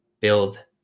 build